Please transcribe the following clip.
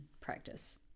practice